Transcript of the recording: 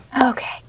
Okay